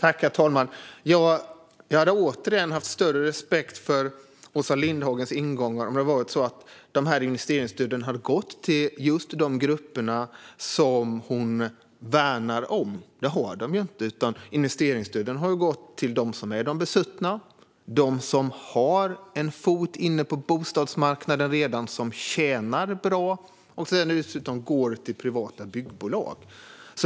Herr talman! Jag hade återigen haft större respekt för Åsa Lindhagens ingångar om det hade varit så att investeringsstöden hade gått till just de grupper som hon värnar om, men det har de inte. Investeringsstöden har gått till de besuttna, till dem som redan har en fot inne på bostadsmarknaden och som tjänar bra och, dessutom, till privata byggbolag.